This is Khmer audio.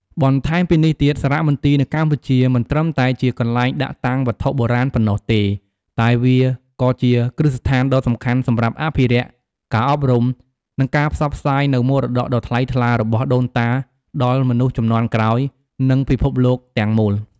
បន្ថែមពីនេះទៀត សារមន្ទីរនៅកម្ពុជា មិនត្រឹមតែជាកន្លែងដាក់តាំងវត្ថុបុរាណប៉ុណ្ណោះទេ តែវាក៏ជាគ្រឹះស្ថានដ៏សំខាន់សម្រាប់អភិរក្ស ការអប់រំ និងការផ្សព្វផ្សាយនូវមរតកដ៏ថ្លៃថ្លារបស់ដូនតាដល់មនុស្សជំនាន់ក្រោយ និងពិភពលោកទាំងមូល។